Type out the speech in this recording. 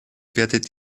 werdet